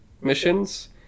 missions